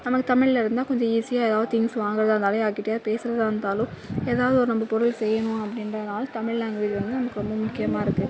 நமக்கு தமிழ்ல இருந்தால் கொஞ்சம் ஈஸியாக எதாவது திங்ஸ் வாங்குறதாக இருந்தாலும் யார்கிட்டையாவது பேசுறதாக இருந்தாலும் எதாவது ஒரு நம்ப பொருள் செய்யணும் அப்படின்றதுனால தமிழ் லாங்குவேஜ் வந்து நமக்கு ரொம்ப முக்கியமாக இருக்கு